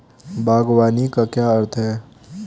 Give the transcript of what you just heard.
बागवानी का क्या अर्थ है?